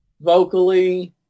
vocally